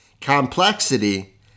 Complexity